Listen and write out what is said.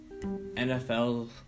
NFL